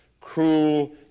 cruel